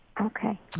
Okay